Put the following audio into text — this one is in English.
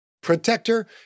Protector